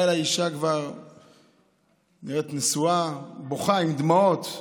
באה אליי אישה, נראית נשואה, בוכה, עם דמעות.